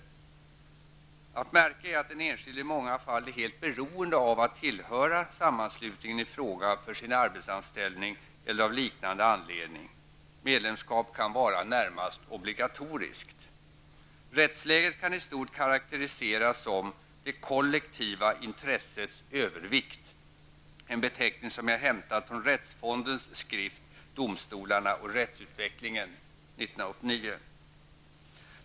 Att märka är att den enskilde i många fall är helt beroende av att tillhöra sammanslutningen i fråga för sin arbetsanställning eller av liknande anledning; medlemskap kan vara närmast obligatoriskt. Rättsläget kan i stort karakteriseras som ''det kollektiva intressets övervikt'', en beteckning som jag hämtat från Rättsfondens skrift ''Domstolarna och rättsutvecklingen'', 1989.